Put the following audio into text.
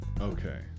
Okay